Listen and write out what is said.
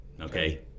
Okay